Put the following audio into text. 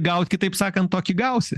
gaut kitaip sakant tokį gausi